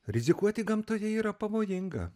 rizikuoti gamtoje yra pavojinga